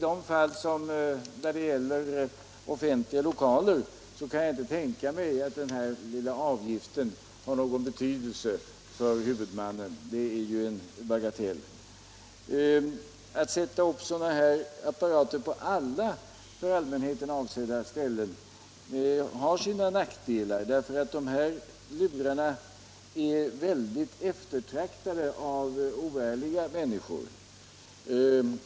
Beträffande offentliga lokaler kan jag dock inte tänka mig att den där lilla avgiften skulle ha någon betydelse för huvudmannen -— det är ju en bagatell. Att sätta upp sådana apparater på alla för allmänheten avsedda ställen har däremot sina nackdelar, eftersom sådana lurar är mycket eftertraktade av oärliga människor.